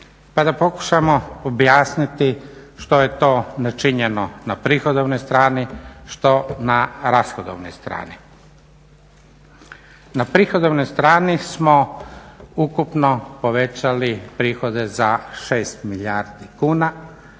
Pa da pokušamo objasniti što je to načinjeno na prihodovnoj strani, što na rashodovnoj strani. Na prihodovnoj strani smo ukupno povećali prihode za 6 milijardi kuna,